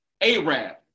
Arab